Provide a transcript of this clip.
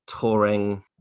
touring